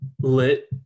lit